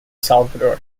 salvador